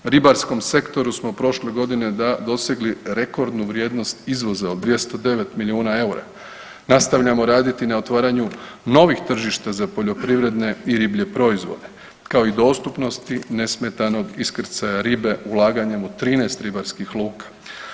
U ribarskom sektoru smo prošle godine dosegli rekordnu vrijednost izvoza od 209 milijuna eura, nastavljamo raditi na otvaranju novih tržišta za poljoprivredne i riblje proizvode, kao i dostupnosti nesmetanog iskrcaja ribe ulaganjem u 13 ribarskih luka.